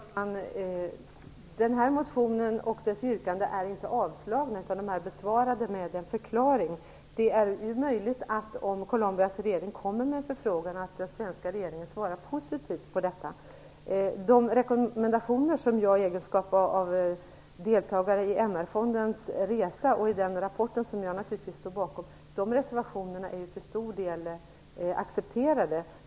Fru talman! Den här motionen och dess yrkanden är inte avstyrkt utan besvarad med en förklaring. Det är möjligt att den svenska regeringen svarar positivt om Colombias regering kommer med en förfrågan. Jag var en av deltagarna i MR-fondens resa. Jag står naturligtvis bakom den rapporten. De reservationerna är till stor del accepterade.